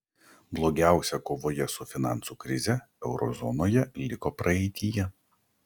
blogiausia kovoje su finansų krize euro zonoje liko praeityje